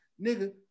nigga